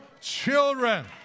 children